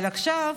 אבל עכשיו,